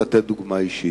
לתת דוגמה אישית.